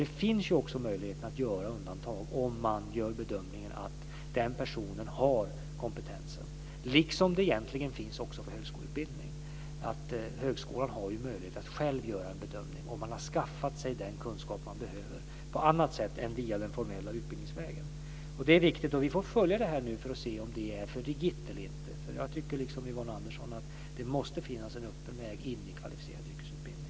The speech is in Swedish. Det finns också möjlighet att göra undantag om bedömningen görs att den person som söker har kompetensen, vilket egentligen också finns för högskoleutbildning. Högskolan har ju möjlighet att själv göra en bedömning av om den sökande har skaffat sig den kunskap som behövs på annat sätt än via den formella utbildningsvägen. Det är riktigt. Vi får följa detta för att se om det finns för mycket rigiditet eller inte. Jag tycker liksom Yvonne Andersson att det måste finns en öppen väg in i kvalificerad yrkesutbildning.